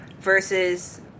versus